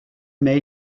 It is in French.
mais